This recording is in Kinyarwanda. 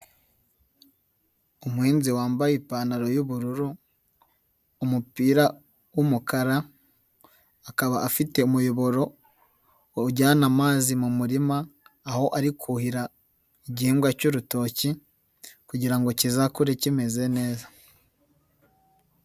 Umuhinzi wambaye ipantaro y'ubururu, umupira w'umukara, akaba afite umuyoboro ujyana amazi mu murima, aho ari kuhira igihingwa cy'urutoki kugira ngo kizakure kimeze neza.